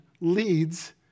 leads